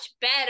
better